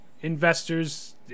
investors